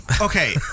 Okay